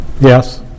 Yes